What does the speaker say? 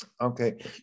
Okay